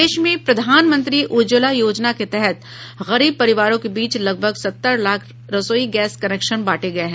प्रदेश में प्रधानमंत्री उज्ज्वला योजना के तहत गरीब परिवारों के बीच लगभग सत्तर लाख रसोई गैस कनेक्शन बांटे गये हैं